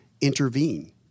intervene